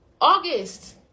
August